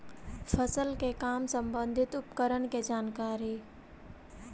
फसल के काम संबंधित उपकरण के जानकारी?